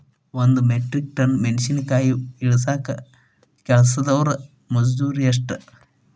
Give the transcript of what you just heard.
ಒಂದ್ metric ton ಮೆಣಸಿನಕಾಯಿ ಇಳಸಾಕ್ ಕೆಲಸ್ದವರ ಮಜೂರಿ ಎಷ್ಟ?